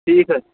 ٹھیٖک حظ